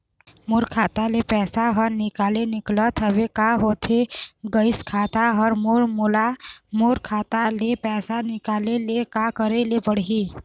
मोर खाता ले पैसा हर निकाले निकलत हवे, का होथे गइस खाता हर मोर, मोला मोर खाता ले पैसा निकाले ले का करे ले पड़ही?